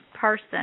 person